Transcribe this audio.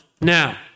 now